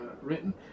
written